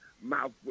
mouth